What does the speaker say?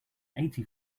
eighty